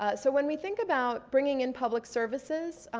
ah so when we think about bringing in public services,